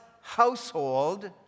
household